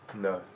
No